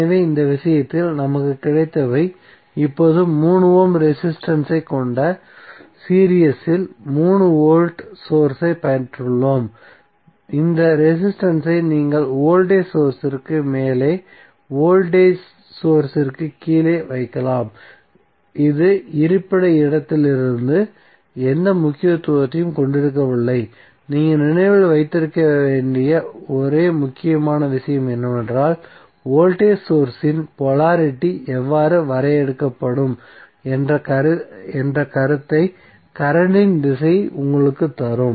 எனவே இந்த விஷயத்தில் நமக்கு கிடைத்தவை இப்போது 3 ஓம் ரெசிஸ்டன்ஸ் ஐ கொண்ட சீரிஸ் இல் 3 வோல்டேஜ் சோர்ஸ் ஐ பெற்றுள்ளோம் இந்த ரெசிஸ்டன்ஸ் ஐ நீங்கள் வோல்டேஜ் சோர்ஸ்சிற்கு மேலேவோல்டேஜ் சோர்ஸ்சிற்கு கீழே வைக்கலாம் இது இருப்பிட இடத்திலிருந்து எந்த முக்கியத்துவத்தையும் கொண்டிருக்கவில்லைநீங்கள் நினைவில் வைத்திருக்க வேண்டிய ஒரே முக்கியமான விஷயம் என்னவென்றால் வோல்டேஜ் சோர்ஸ் இன் போலாரிட்டி எவ்வாறு வரையறுக்கப்படும் என்ற கருத்தை கரண்ட்டின் திசை உங்களுக்குத் தரும்